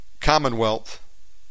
commonwealth